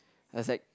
I was like